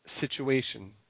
situation